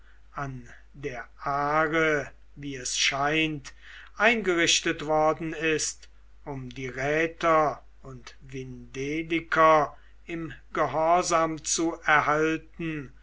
an der aare wie es scheint eingerichtet worden ist um die räter und vindeliker im gehorsam zu erhalten